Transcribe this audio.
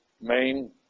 main